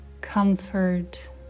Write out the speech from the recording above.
comfort